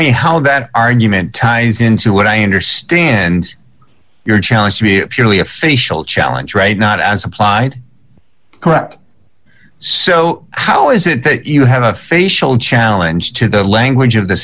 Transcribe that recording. me how that argument ties into what i understand your challenge to be a purely a facial challenge or a not as applied correct so how is it that you had a facial challenge to the language of the